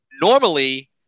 normally